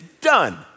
done